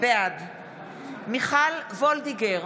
בעד מיכל וולדיגר,